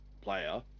player